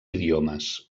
idiomes